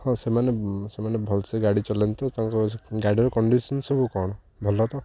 ହଁ ସେମାନେ ସେମାନେ ଭଲସେ ଗାଡ଼ି ଚଲାନ୍ତି ତ ତାଙ୍କ ଗାଡ଼ିର କଣ୍ଡିସନ ସବୁ କ'ଣ ଭଲ ତ